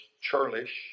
churlish